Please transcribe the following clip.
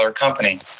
company